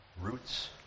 roots